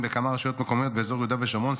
בכמה רשויות מקומיות באזור יהודה ושומרון,